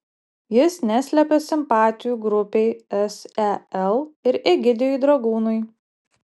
jis neslepia simpatijų grupei sel ir egidijui dragūnui